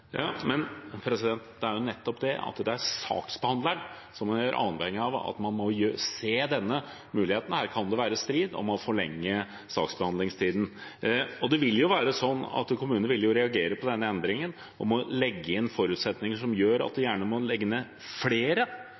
Det er nettopp saksbehandleren man vil være avhengig av at ser denne muligheten. Her kan det være strid om å forlenge saksbehandlingstiden. Det vil jo være slik at kommunene vil reagere på denne endringen, og må legge inn forutsetninger som gjør at en gjerne må legge ned flere bygge- og deleforbud – og preventive bygge- og deleforbud – og legge inn ordninger som sikrer at flere